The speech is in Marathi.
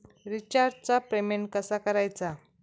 रिचार्जचा पेमेंट कसा करायचा?